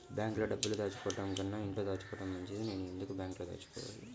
బ్యాంక్లో డబ్బులు దాచుకోవటంకన్నా ఇంట్లో దాచుకోవటం మంచిది నేను ఎందుకు బ్యాంక్లో దాచుకోవాలి?